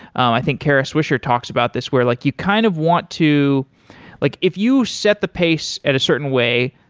um i think kara swisher talks about this where like you kind of want to like if you set the pace at a certain way,